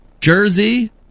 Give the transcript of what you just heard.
Jersey